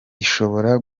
ishobora